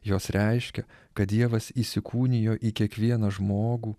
jos reiškia kad dievas įsikūnijo į kiekvieną žmogų